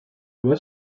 loi